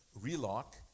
relock